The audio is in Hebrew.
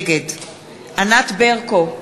נגד ענת ברקו,